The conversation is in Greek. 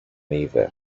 είδε